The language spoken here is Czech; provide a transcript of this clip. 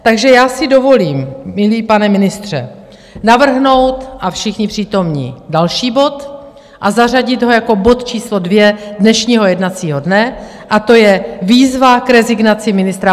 Takže já si dovolím, milý pane ministře, navrhnout a všichni přítomní další bod a zařadit ho jako bod číslo 2 dnešního jednacího dne, a to je Výzva k rezignaci ministra Válka.